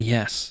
Yes